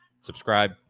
Subscribe